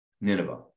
Nineveh